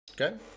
Okay